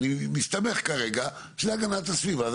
אני מסתמך כרגע שהמשרד להגנת הסביבה זה